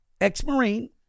ex-Marine